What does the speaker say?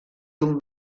d’un